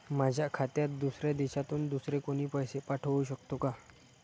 माझ्या खात्यात दुसऱ्या देशातून दुसरे कोणी पैसे पाठवू शकतो का?